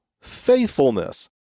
faithfulness